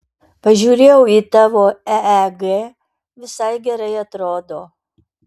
pažiūrėjau į tavo eeg visai gerai atrodo